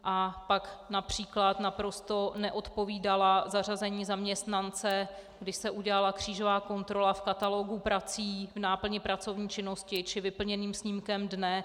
A pak například naprosto neodpovídala zařazení zaměstnance, když se udělala křížová kontrola v katalogu prací, náplni pracovní činnosti či vyplněným snímkem dne.